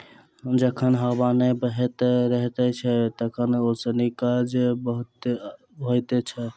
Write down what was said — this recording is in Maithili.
जखन हबा नै बहैत रहैत छै तखन ओसौनी काज बाधित होइत छै